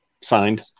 signed